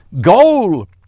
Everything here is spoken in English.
goal